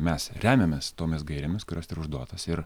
mes remiamės tomis gairėmis kurios yra užduotos ir